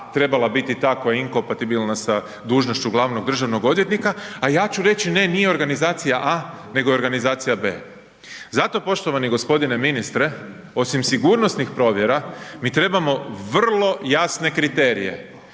trebala biti ta koja je inkompatibilna sa dužnošću glavnog državnog odvjetnika, a ja ću reći ne nije organizacija A nego je organizacija B. Zato poštovani g. ministre osim sigurnosnih provjera mi trebamo vrlo jasne kriterije